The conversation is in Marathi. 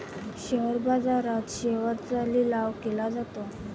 शेअर बाजारात शेअर्सचा लिलाव केला जातो